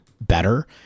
better